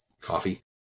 coffee